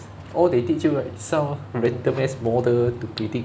all they teach you right is some random ass model to critique